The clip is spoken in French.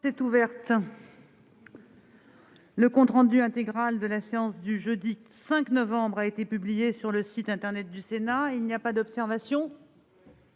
est ouverte. Le compte rendu intégral de la séance du jeudi 5 novembre 2020 a été publié sur le site internet du Sénat. Il n'y a pas d'observation ?